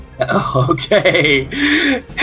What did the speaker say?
okay